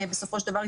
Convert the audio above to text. בסופו של דבר,